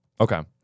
Okay